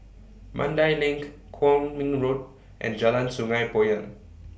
Mandai LINK Kwong Min Road and Jalan Sungei Poyan